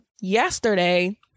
yesterday